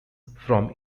from